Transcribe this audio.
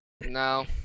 No